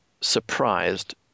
surprised